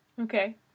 Okay